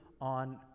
on